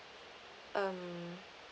um